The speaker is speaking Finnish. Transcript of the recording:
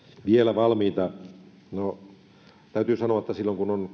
vielä valmiita no täytyy sanoa että silloin kun on